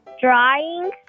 Drawing